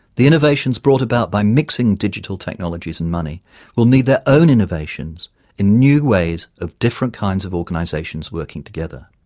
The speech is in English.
the innovations brought about by mixing digital technologies and money will need their own innovations in new ways of different kinds of organization working together.